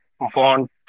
want